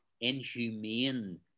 inhumane